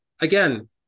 Again